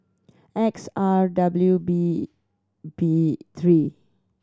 X R W B B three